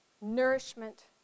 nourishment